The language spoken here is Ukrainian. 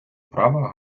права